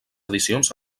edicions